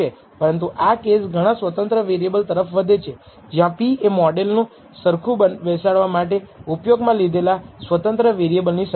પરંતુ આ કેસ ઘણા સ્વતંત્ર વેરિએબલ તરફ વધે છે જ્યાં p એ મોડલને સરખું બેસાડવા માટે ઉપયોગમાં લીધેલા સ્વતંત્ર વેરિયેબલ ની સંખ્યા છે